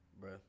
Bro